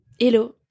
Hello